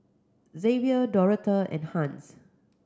Xzavier Dorotha and Hans